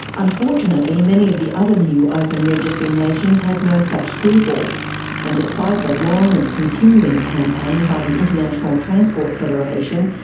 unfortunately, many of the other new open registry nations had no such scruples and despite the long and continuing campaign by the international transport federation,